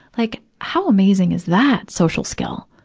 like how amazing is that social skill,